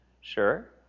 sure